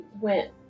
went